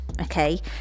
Okay